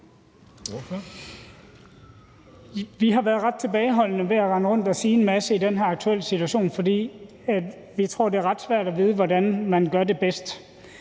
Vi har været ret tilbageholdende med at rende rundt og siger en masse i den her aktuelle situation, for vi tror, at det er ret svært at vide, hvordan man gør det bedst.